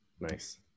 Nice